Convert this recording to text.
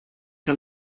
que